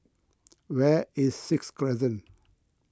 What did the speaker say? where is Sixth Crescent